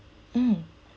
mm